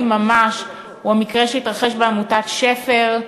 ממש הוא המקרה שהתרחש בעמותת ש.פ.ר,